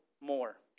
more